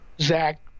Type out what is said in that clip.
zach